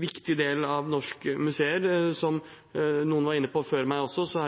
viktig del av norske museer. Som noen har vært inne på før meg,